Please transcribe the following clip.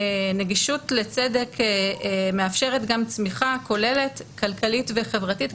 נגישות לצדק מאפשרת גם צמיחה כוללת כלכלית וחברתית.